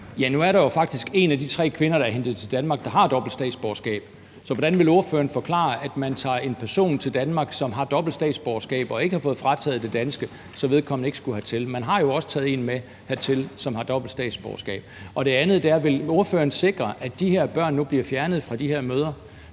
jo faktisk en af de tre kvinder, som er blevet hentet til Danmark, der har dobbelt statsborgerskab. Så hvordan vil ordføreren forklare, at man tager en person til Danmark, som har dobbelt statsborgerskab og ikke har fået frataget det danske, sådan at vedkommende ikke skulle hertil? Man har jo også taget en person med hertil, som har dobbelt statsborgerskab. Mit andet spørgsmål er: Vil ordføreren sikre, at de her børn nu bliver fjernet fra de her mødre?